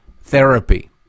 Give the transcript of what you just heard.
therapy